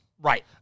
Right